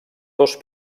dos